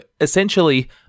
essentially-